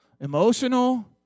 emotional